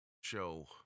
show